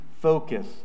focus